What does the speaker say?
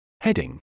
Heading